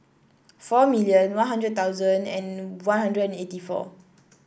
four million One Hundred thousand and One Hundred and eighty four